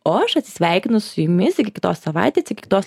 o aš atsisveikinu su jumis iki kitos savaitės iki kitos